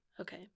okay